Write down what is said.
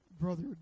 brother